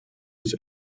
bis